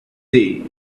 day